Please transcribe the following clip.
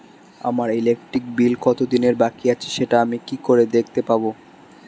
আমার electric bill কত দিনের বাকি আছে সেটা আমি কি করে দেখতে পাবো?